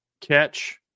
catch